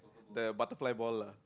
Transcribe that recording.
the butterfly ball lah